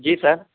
جی سر